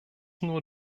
nur